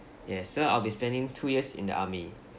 yes so I'll be spending two years in the army